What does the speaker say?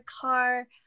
car